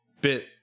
bit